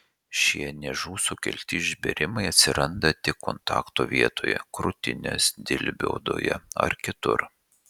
šie niežų sukelti išbėrimai atsiranda tik kontakto vietoje krūtinės dilbio odoje ar kitur